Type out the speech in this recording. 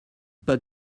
pas